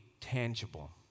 tangible